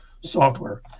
software